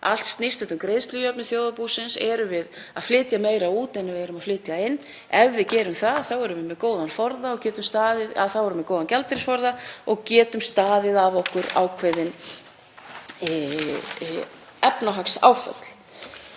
Allt snýst þetta um greiðslujöfnuð þjóðarbúsins — erum við að flytja meira út en við erum að flytja inn? Ef við gerum það þá erum við með góðan gjaldeyrisforða og getum staðið af okkur ákveðin efnahagsáföll.